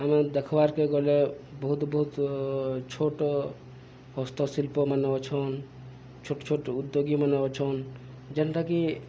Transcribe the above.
ଆମେ ଦେଖବାର୍କେ ଗଲେ ବହୁତ୍ ବହୁତ୍ ଛୋଟ୍ ହସ୍ତଶିଳ୍ପମାନେ ଅଛନ୍ ଛୋଟ୍ ଛୋଟ୍ ଉଦ୍ୟୋଗୀମାନେ ଅଛନ୍ ଯେନ୍ଟାକି